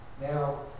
Now